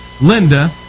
Linda